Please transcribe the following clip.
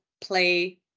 play